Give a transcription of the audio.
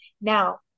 Now